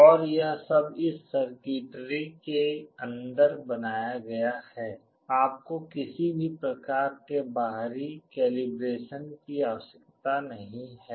और यह सब इस सर्किटरी के अंदर बनाया गया है आपको किसी भी प्रकार के बाहरी कैलीब्रेशन की आवश्यकता नहीं है